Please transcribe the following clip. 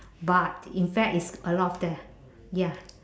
but in fact is a lot of that ya